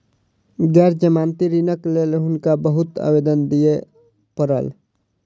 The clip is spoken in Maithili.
गैर जमानती ऋणक लेल हुनका बहुत आवेदन दिअ पड़ल